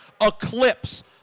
eclipse